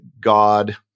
God